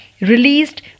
released